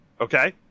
Okay